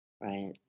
right